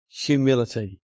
Humility